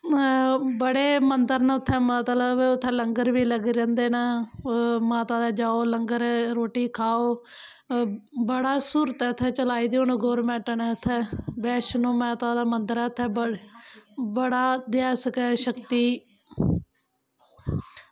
बड़े मन्दर न उत्थैं बड़े लंगर बी लग्गे दे होंदे न उत्थें माता दै जाओ लंगर खाहो बड़ी स्हूलत ऐ उत्थें हून गौरमैंट नै चलाई दी ऐ बैैष्णों माता दा मन्दर ऐ उत्थें बड़ा गै शक्ति